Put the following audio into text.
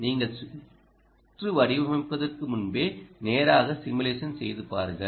நீங்கள் சுற்று வடிவமைப்பதற்கு முன்பே நேராக சிமுலேஷன் செய்து பாருங்கள்